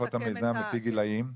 משפחות המיזם לפי גילים?